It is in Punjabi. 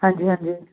ਹਾਂਜੀ ਹਾਂਜੀ